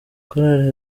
korali